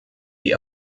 die